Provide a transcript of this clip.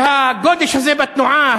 והגודש הזה בתנועה,